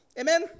Amen